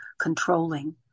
controlling